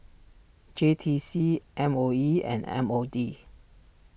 J T C M O E and M O D